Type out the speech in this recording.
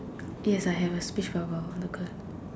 yes I have speech bubble circle